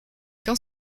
qu’en